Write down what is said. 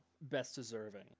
best-deserving